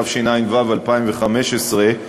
התשע"ו 2015,